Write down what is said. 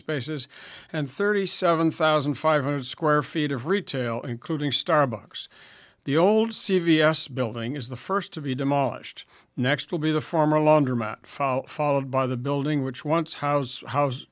spaces and thirty seven thousand five hundred square feet of retail including starbucks the old c v s building is the first to be demolished next will be the former laundromat fall followed by the building which once ho